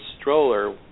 stroller